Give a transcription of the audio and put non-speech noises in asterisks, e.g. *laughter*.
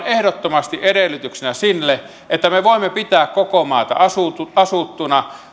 *unintelligible* ehdottomasti edellytyksenä sille että me voimme pitää koko maata asuttuna asuttuna